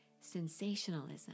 sensationalism